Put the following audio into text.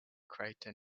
crater